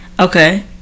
Okay